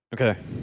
okay